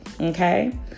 okay